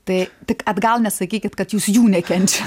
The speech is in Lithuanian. tai tik atgal nesakykit kad jūs jų nekenčiat